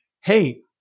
hey